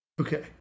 Okay